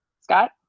Scott